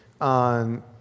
on